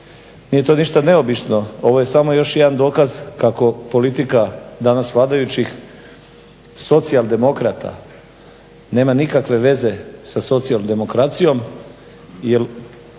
nije to ništa neobično, ovo je samo još jedan dokaz kako politika danas vladajućih socijaldemokrata nema nikakve veze sa socijaldemokracijom jel